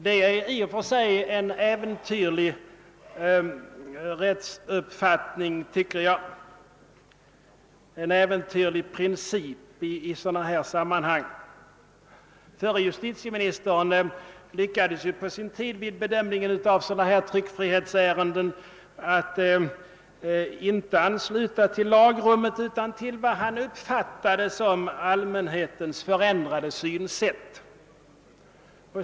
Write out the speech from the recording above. Det är i och för sig en äventyrlig princip i rättsliga sammanhang. Förre justitieministern försökte ju på sin tid vid bedömningen av sådana här tryckfrihetsärenden ansluta sig inte till lagrummet utan till vad han uppfattade som »allmänhetens förändrade synsätt».